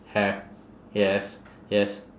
have yes yes